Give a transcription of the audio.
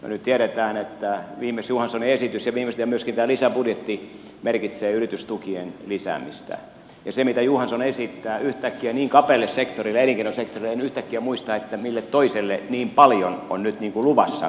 nyt tiedetään että viimeksi johanssonin esitys ja viimeistään myöskin tämä lisäbudjetti merkitsee yritystukien lisäämistä ja se mitä johansson esittää yhtäkkiä niin kapealle sektorille elinkeinosektorille niin en yhtäkkiä muista mille toiselle niin paljon on nyt luvassa kuin sille on esitetty